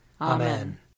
Amen